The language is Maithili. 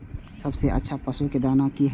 सबसे अच्छा पशु के दाना की हय?